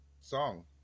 song